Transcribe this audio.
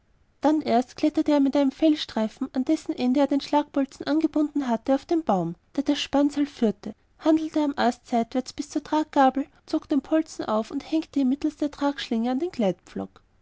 dann erst kletterte er mit einem fellstreifen an dessen ende er den schlagbolzen angebunden hatte auf den baum der das spannseil führte hangelte am ast seitwärts bis zur traggabel zog den bolzen auf und hängte ihn mittels der tragschlinge an den